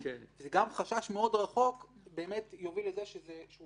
גם חשש מאוד רחוק יוביל לזה שהוא